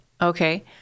Okay